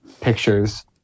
pictures